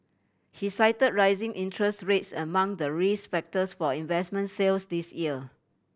he cited rising interest rates among the risk factors for investment sales this year